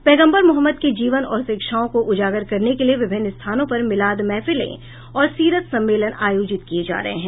पैगम्बर मोहम्मद के जीवन और शिक्षाओं को उजागर करने के लिए विभिन्न स्थानों पर मिलाद महफिलें और सीरत सम्मेलन आयोजित किये जा रहे हैं